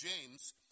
James